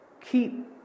keep